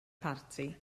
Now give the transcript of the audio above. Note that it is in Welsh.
parti